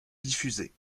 diffusés